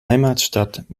heimatstadt